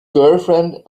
girlfriend